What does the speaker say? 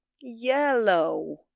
Yellow